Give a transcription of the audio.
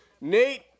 Nate